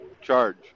charge